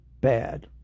bad